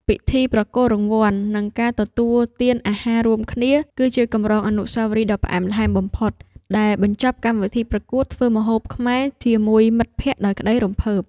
ពិធីប្រគល់រង្វាន់ និងការទទួលទានអាហាររួមគ្នា គឺជាកម្រងអនុស្សាវរីយ៍ដ៏ផ្អែមល្ហែមបំផុត ដែលបញ្ចប់កម្មវិធីប្រកួតធ្វើម្ហូបខ្មែរជាមួយមិត្តភក្តិដោយក្ដីរំភើប។